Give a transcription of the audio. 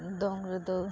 ᱫᱚᱝ ᱨᱮᱫᱚ